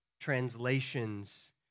translations